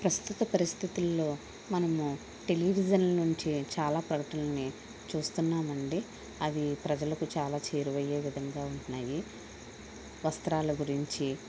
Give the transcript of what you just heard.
ప్రస్తుత పరిస్థితుల్లో మనము టెలివిజన్ల నుంచి చాలా ప్రకటలని చూస్తున్నామండి అవి ప్రజలకు చాలా చేరువయ్యే విధంగా ఉంటున్నాయి వస్త్రాల గురించి